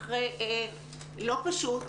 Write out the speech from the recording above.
וזה לא פשוט,